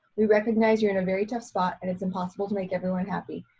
we recognize you're in a very tough spot and it's impossible to make everyone happy.